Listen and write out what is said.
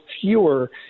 fewer